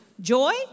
Joy